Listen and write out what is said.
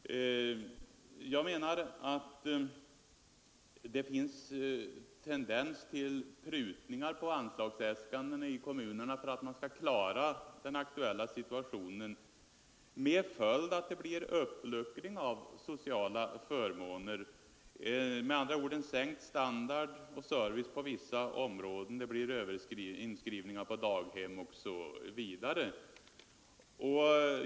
Det finns t.ex. en tendens till prutningar av anslagsyrkandena i kommunerna för att man skall klara den aktuella situationen, med en uppluckring av de sociala förmånerna som följd. Detta innebär en sänkt standard och service på vissa områden: det blir överinskrivningar på daghemmen osv.